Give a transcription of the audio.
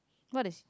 what they